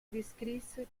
descrisse